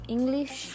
English